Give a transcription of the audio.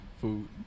Food